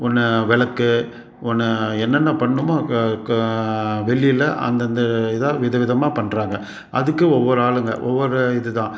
ஒன்று விளக்கு ஒன்று என்னென்ன பண்ணும்மோ வெள்ளியில அந்தந்த இதை விதவிதமாக பண்ணுறாங்க அதுக்கு ஒவ்வொரு ஆளுங்க ஒவ்வொரு இது தான்